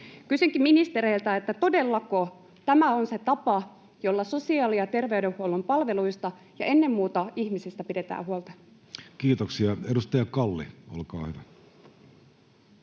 Kysynkin ministereiltä: todellako tämä on se tapa, jolla sosiaali‑ ja terveydenhuollon palveluista ja ennen muuta ihmisistä pidetään huolta? Kiitoksia. — Edustaja Kalli, olkaa hyvä.